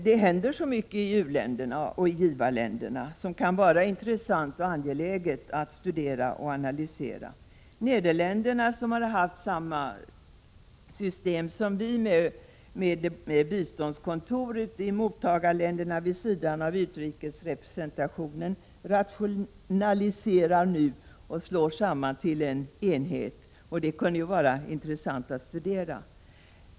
Det händer så mycket i u-länderna och i givarländerna som kan vara intressant och angeläget att studera och analysera. Nederländerna, som har haft samma system som vi, med biståndskontor ute i mottagarländerna vid sidan av utrikesrepresentationen, rationaliserar nu och slår samman dessa till en enhet. Det kunde ju vara intressant att studera.